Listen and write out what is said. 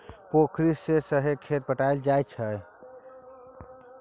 पोखरि सँ सहो खेत पटाएल जाइ छै